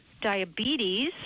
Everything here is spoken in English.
diabetes